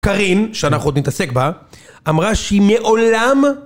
קרין, שאנחנו עוד נתעסק בה, אמרה שהיא מעולם...